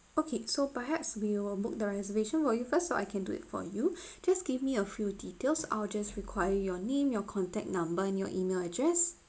okay so perhaps we will book the reservation for you first so I can do it for you just give me a few details I'll just require your name your contact number and your email address